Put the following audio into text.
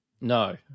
No